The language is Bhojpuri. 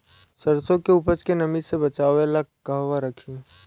सरसों के उपज के नमी से बचावे ला कहवा रखी?